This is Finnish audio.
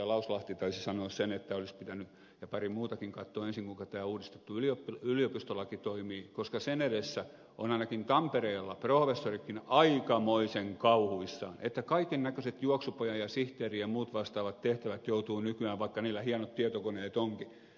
lauslahti ja pari muutakin taisi sanoa sen että olisi pitänyt katsoa ensin kuinka tämä uudistettu yliopistolaki toimii koska sen edessä ovat ainakin tampereella professoritkin aikamoisen kauhuissaan että kaikennäköiset juoksupojan ja sihteerin ja muut vastaavat tehtävät joutuvat nykyään tekemään vaikka niillä hienot tietokoneet onkin